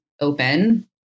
open